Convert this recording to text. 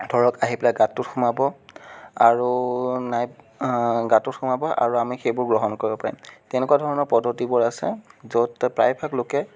ধৰক আহি পেলাই গাঁতটোত সোমাব আৰু নাই গাঁতটোত সোমাব আৰু আমি সেইবোৰ গ্ৰহণ কৰিব পাৰিম তেনেকুৱা ধৰণৰ পদ্ধতিবোৰ আছে য'ত প্ৰায় ভাগ লোকে